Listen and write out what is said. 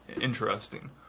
interesting